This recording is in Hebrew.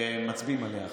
מצביעים עליה עכשיו,